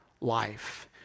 life